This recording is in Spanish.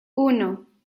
uno